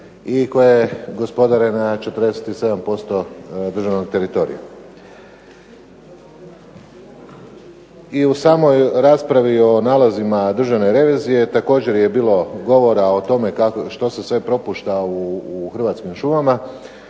i koje gospodare na 47% državnog teritorija. I u samoj raspravi o nalazima Državne revizije također je bilo govora o tome što se sve propušta u Hrvatskim šumama,